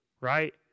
right